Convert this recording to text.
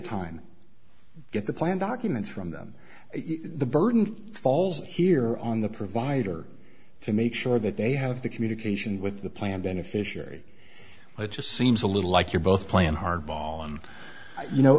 time get the plan documents from them the burden falls here on the provider to make sure that they have the communication with the plan beneficiary but it just seems a little like you're both playing hardball and you know